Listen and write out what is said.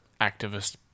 activist